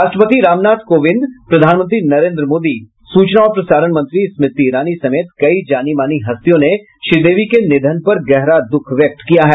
राष्ट्रपति रामनाथ कोविंद प्रधानमंत्री नरेन्द्र मोदी सूचना और प्रसारण मंत्री स्मृति ईरानी समेत कई जानी मानी हस्तियों ने श्रीदेवी के निधन पर गहरा द्ःख व्यक्त किया है